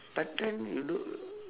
but then you look